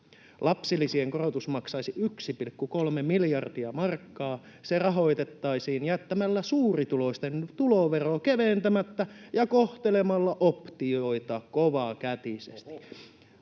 Lapsilisien korotus maksaisi 1,3 miljardia markkaa. Se rahoitettaisiin jättämällä suurituloisten tulovero keventämättä ja kohtelemalla optioita kovakätisesti.”